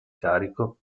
carico